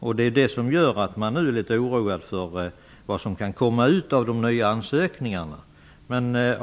Man är nu litet oroad för vad de nya ansökningarna kan utmynna i.